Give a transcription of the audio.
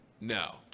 No